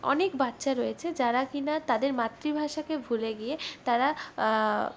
অনেক বাচ্চা রয়েছে যারা কিনা তাদের মাতৃভাষাকে ভুলে গিয়ে তারা